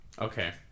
Okay